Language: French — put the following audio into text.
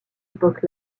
époque